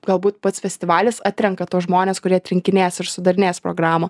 galbūt pats festivalis atrenka tuos žmones kurie atrinkinės ir sudarinės programą